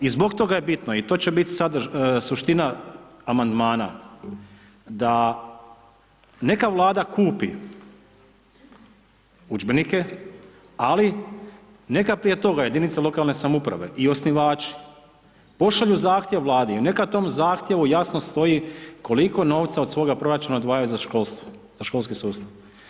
I zbog toga je bitno i to će biti suština amandmana da neka Vlada kupi udžbenike, ali neka prije toga jedinice lokalne samouprave i osnivači pošalju zahtjev Vladi i neka u tom zahtjevu jasno stoji koliko novca od svoga proračuna odvajaju za školstvo, za školski sustav.